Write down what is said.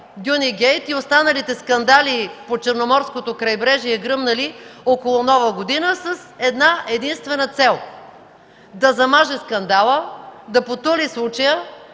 „Дюни гейт” и останалите скандали по Черноморското крайбрежие, гръмнали около Нова година, с една-единствена цел – да замаже скандала, да потули случая,